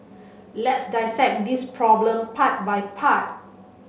let's dissect this problem part by part